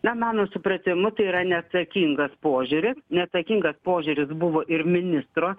na mano supratimu tai yra neatsakingas požiūris neatsakingas požiūris buvo ir ministro